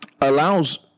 allows